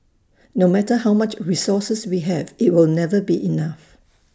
no matter how much resources we have IT will never be enough